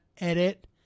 edit